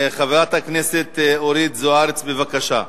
חברת הכנסת אורית זוארץ, בבקשה,